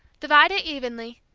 divide it evenly,